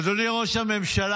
אדוני ראש הממשלה,